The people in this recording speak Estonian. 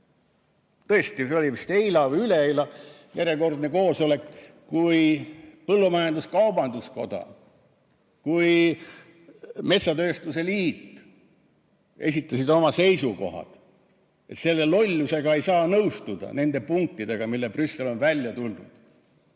Tõesti, see oli vist eile või üleeile, järjekordne koosolek, kui põllumajandus-kaubanduskoda ja metsatööstuse liit esitasid oma seisukohad: selle lollusega ei saa nõustuda, nende punktidega, millega Brüssel on välja tulnud.